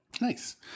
nice